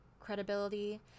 credibility